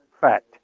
fact